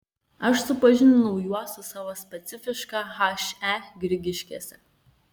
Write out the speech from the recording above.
aš supažindinau juos su savo specifiška he grigiškėse